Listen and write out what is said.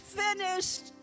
finished